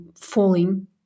falling